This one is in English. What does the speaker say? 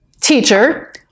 Teacher